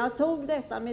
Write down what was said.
Jag tog